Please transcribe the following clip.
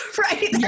Right